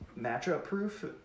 matchup-proof